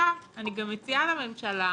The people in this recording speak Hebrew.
עכשיו אני גם מציעה לממשלה,